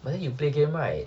but then you play game right